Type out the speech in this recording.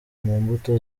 mbuto